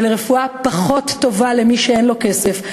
ולרפואה פחות טובה למי שאין לו כסף.